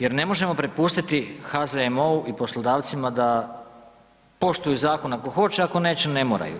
Jer ne možemo prepustiti HZMO-u i poslodavcima da poštuju zakon ako hoće, ako neće ne moraju.